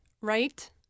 right